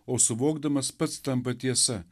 o suvokdamas pats tampa tiesa